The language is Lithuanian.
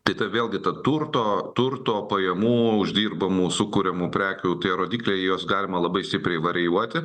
kita vėlgi to turto turto pajamų uždirba mūsų kuriamų prekių tie rodikliai juos galima labai stipriai varijuoti